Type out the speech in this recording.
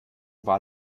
war